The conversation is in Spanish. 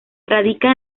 radica